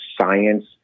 science